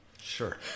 Sure